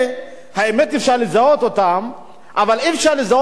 אבל אי-אפשר לזהות אותם יותר מדי כמו את האפריקנים.